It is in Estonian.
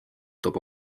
toob